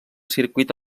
circuit